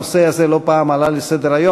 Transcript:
הנושא הזה לא פעם עלה לסדר-היום.